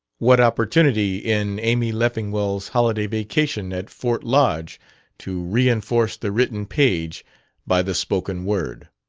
what opportunity in amy leffingwell's holiday vacation at fort lodge to reinforce the written page by the spoken word!